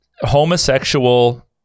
homosexual